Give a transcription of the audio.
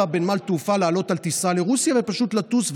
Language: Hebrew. בנמל התעופה לעלות על טיסה לרוסיה ופשוט לטוס,